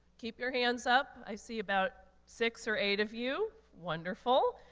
keep your hands up. i see about six or eight of you. wonderful.